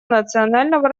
национального